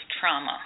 trauma